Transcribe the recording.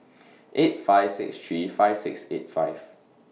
eight five six three five six eight five